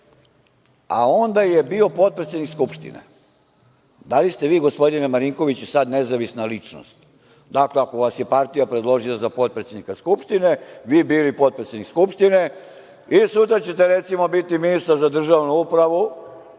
a onda je bio potpredsednik Skupštine. Da li ste vi, gospodine Marinkoviću, sada nezavisna ličnost? Dakle, ako vas je partija predložila za potpredsednika Skupštine, vi bili potpredsednik Skupštine, i sutra ćete, recimo, biti ministar za državnu upravu